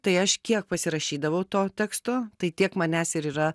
tai aš kiek pasirašydavau to teksto tai tiek manęs ir yra